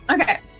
Okay